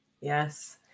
Yes